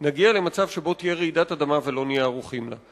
נגיע למצב שבו תהיה רעידת אדמה ולא נהיה ערוכים לה.